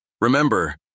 Remember